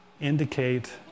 indicate